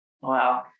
Wow